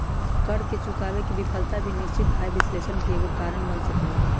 कर न चुकावे के विफलता भी निश्चित आय विश्लेषण के एगो कारण बन सकलई ह